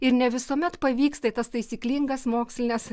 ir ne visuomet pavyksta į tas taisyklingas mokslines